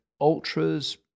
ultras